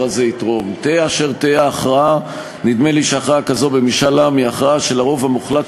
שמעתי את הטעמים ואת ההסברים, גם של אלה שהופיעו,